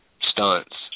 stunts